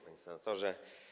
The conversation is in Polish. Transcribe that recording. Panie Senatorze!